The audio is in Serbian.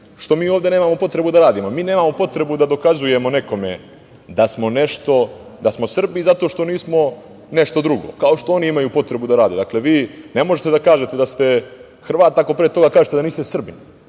što mi ovde nemamo potrebu da radimo. Mi nemamo potrebu da dokazujemo nekome da smo nešto, da smo Srbi zato što nismo nešto drugo, kao što oni imaju potrebu da rade. Dakle, vi ne možete da kažete da ste Hrvat ako pre toga kažete da niste